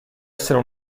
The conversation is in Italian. essere